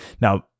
Now